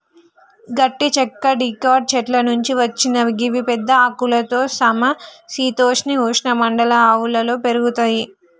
గట్టి చెక్క డికాట్ చెట్ల నుంచి వచ్చినవి గివి పెద్ద ఆకులతో సమ శీతోష్ణ ఉష్ణ మండల అడవుల్లో పెరుగుతయి